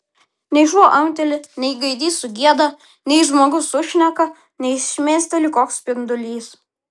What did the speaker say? nei šuo amteli nei gaidys sugieda nei žmogus sušneka nei šmėsteli koks spindulys